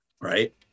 right